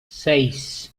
seis